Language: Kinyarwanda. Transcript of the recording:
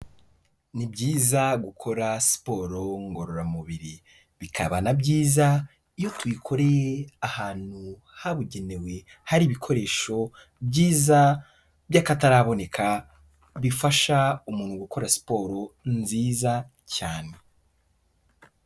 Ni byiza gukora siporo ngororamubiri, bikaba na byiza iyo tuyikoreye ahantu habugenewe hari ibikoresho byiza by'akataraboneka bifasha umuntu gukora siporo nziza cyane.